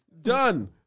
done